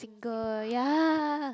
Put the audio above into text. girl ya